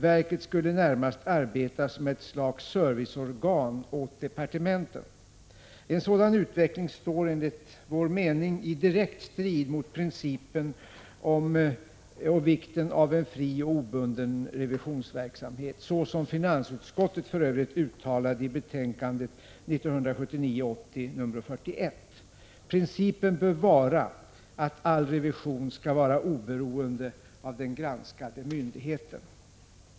Verket skulle närmast arbeta som ett slags serviceorgan åt departementen. En sådan utveckling står enligt vår mening i direkt strid mot principen om vikten av en fri och obunden revisionsverksamhet, såsom finansutskottet för övrigt uttalat i betänkandet 1979/80:41 — principen bör vara att all revision skall vara oberoende av den granskade myndigheten.